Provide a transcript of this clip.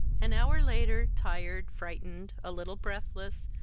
an hour later, tired, frightened, a little breathless,